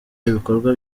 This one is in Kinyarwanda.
ibikorwa